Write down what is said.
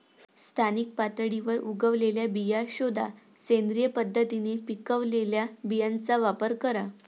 स्थानिक पातळीवर उगवलेल्या बिया शोधा, सेंद्रिय पद्धतीने पिकवलेल्या बियांचा वापर करा